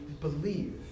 believe